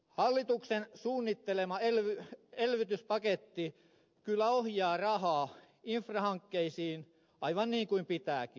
hallituksen suunnittelema elvytyspaketti kyllä ohjaa rahaa infrahankkeisiin aivan niin kuin pitääkin